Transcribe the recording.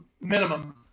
minimum